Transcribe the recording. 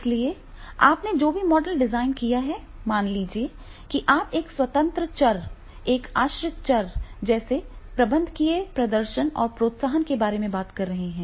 इसलिए आपने जो भी मॉडल डिज़ाइन किया है मान लीजिए कि आप एक स्वतंत्र चर एक आश्रित चर जैसे प्रबंधकीय प्रदर्शन और प्रोत्साहन के बारे में बात कर रहे हैं